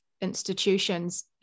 institutions